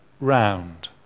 round